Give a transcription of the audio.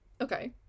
Okay